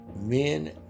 Men